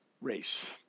race